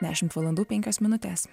dešimt valandų penkios minutės